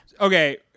Okay